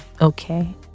okay